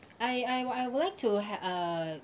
I I I would like to uh